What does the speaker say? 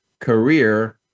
career